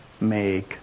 make